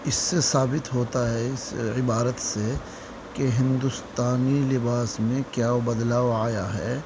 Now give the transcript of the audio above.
اس سے ثابت ہوتا ہے اس عبارت سے کہ ہندوستانی لباس میں کیا بدلاؤ آیا ہے